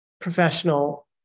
professional